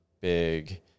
big